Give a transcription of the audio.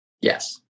Yes